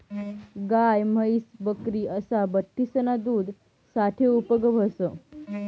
गाय, म्हैस, बकरी असा बठ्ठीसना दूध साठे उपेग व्हस